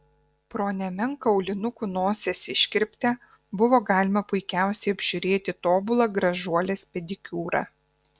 pro nemenką aulinukų nosies iškirptę buvo galima puikiausiai apžiūrėti tobulą gražuolės pedikiūrą